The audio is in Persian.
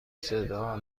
صدا